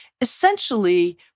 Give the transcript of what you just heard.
Essentially